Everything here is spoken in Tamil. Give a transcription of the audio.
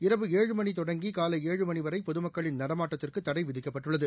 இரவு ஏழு மணி தொடங்கி காலை ஏழு மணி வரை பொதுமக்களின் நடமாட்டத்திற்கு தடை விதிக்கப்பட்டுள்ளது